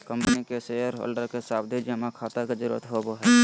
company के shareholder के सावधि जमा खाता के जरूरत होवो हय